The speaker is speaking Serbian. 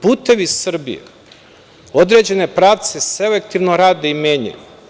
Putevi Srbije“, određene pravce selektivno rade i menjaju.